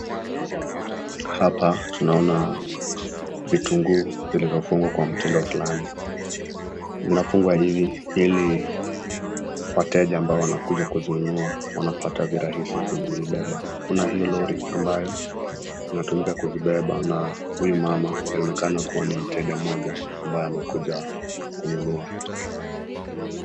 Hapa tunaona vitunguu vilivyofungwa kwa mtindo fulani vinafungwa hivi ili wateja ambao wanakuja kununua wanapata virahisi kuvibeba. Kuna hiyo lori ambayo inatumika kuzibeba na huyu mama inaonekana kuwa ni mteja mmoja amekuja kununua.